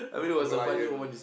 a Merlion